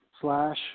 slash